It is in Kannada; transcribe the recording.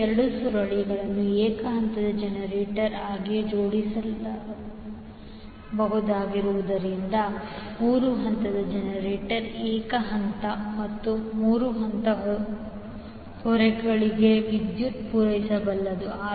ಈಗ ಎರಡೂ ಸುರುಳಿಗಳನ್ನು ಏಕ ಹಂತದ ಜನರೇಟರ್ ಆಗಿ ಜೋಡಿಸಬಹುದಾಗಿರುವುದರಿಂದ 3 ಹಂತದ ಜನರೇಟರ್ ಏಕ ಹಂತ ಮತ್ತು 3 ಹಂತದ ಹೊರೆಗಳಿಗೆ ವಿದ್ಯುತ್ ಪೂರೈಸಬಲ್ಲದು